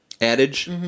Adage